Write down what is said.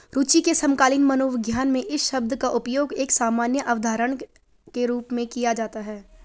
रूचि के समकालीन मनोविज्ञान में इस शब्द का उपयोग एक सामान्य अवधारणा के रूप में किया जाता है